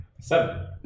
seven